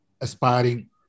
aspiring